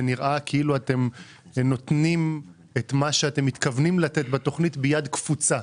זה נראה כאילו את מה שאתם מתכוונים לתת בתכנית אתם נותנים ביד קפוצה,